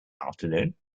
afternoon